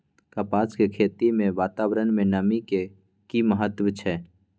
कपास के खेती मे वातावरण में नमी के की महत्व छै?